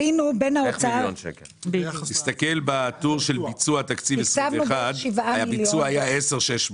הביצוע של 2021 היה 10.6 מיליון.